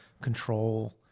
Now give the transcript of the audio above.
control